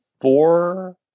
four